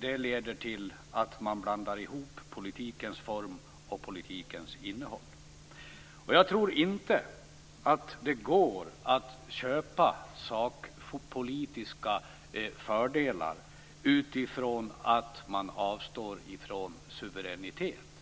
den leder till att man blandar ihop politikens form och politikens innehåll. Jag tror inte att det går att köpa sakpolitiska fördelar utifrån att man avstår från suveränitet.